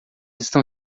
estão